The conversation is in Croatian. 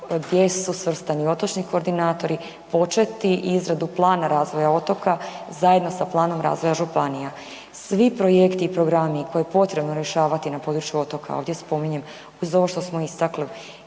gdje su svrstani otočni koordinatori početi izradu plana razvoja otoka zajedno sa planom razvoja županija. Svi projekti i programi koje je potrebno rješavati na području otoka ovdje spominjem uz ovo što smo istakli